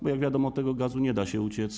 Bo jak wiadomo, od tego gazu nie da się uciec.